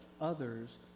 others